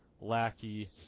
Lackey